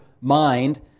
mind